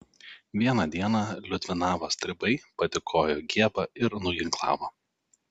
vieną dieną liudvinavo stribai patykojo giebą ir nuginklavo